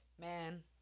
man